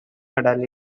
medal